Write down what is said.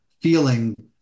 feeling